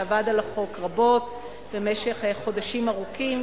שעבד על החוק רבות במשך חודשים ארוכים